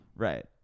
Right